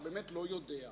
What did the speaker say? אתה באמת לא יודע,